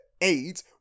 eight